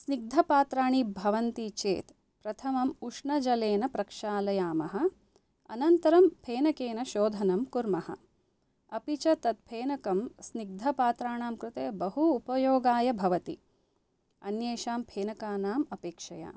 स्निग्धपात्राणि भवन्ति चेत् प्रथमम् उष्णजलेन प्रक्षालयामः अनन्तरं फेनकेन शोधनं कुर्मः अपि च तत् फेनकं स्निग्धपात्राणां कृते बहु उपयोगाय भवति अन्येषां फेनकानाम् अपेक्षया